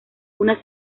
una